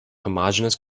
homogeneous